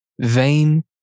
Vain